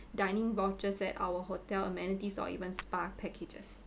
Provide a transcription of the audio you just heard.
dining vouchers at our hotel amenities or even spa packages